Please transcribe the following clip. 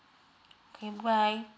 okay bye